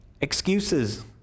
excuses